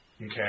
Okay